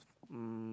um